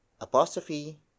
apostrophe